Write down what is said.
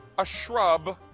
a shrub,